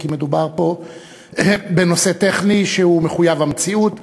כי מדובר פה בנושא טכני שהוא מחויב המציאות.